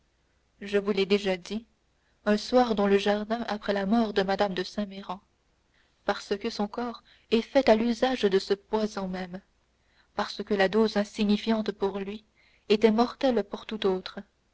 je vous l'ai déjà dit un soir dans le jardin après la mort de mme de saint méran parce que son corps est fait à l'usage de ce poison même parce que la dose insignifiante pour lui était mortelle pour tout autre